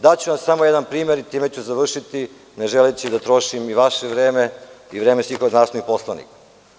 Daću vam samo jedan primer i time ću završiti, ne želeći da trošim i vaše vreme i vreme svih ovde, narodnih poslanika.